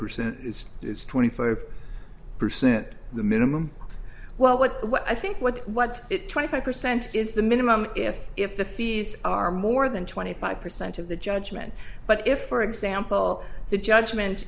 percent it's twenty five percent the minimum well what what i think what what it twenty five percent is the minimum if if the fees are more than twenty five percent of the judgment but if for example the judgment